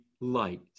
light